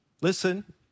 listen